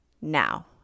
now